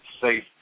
safe